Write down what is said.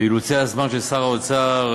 ושאילוצי הזמן של שר האוצר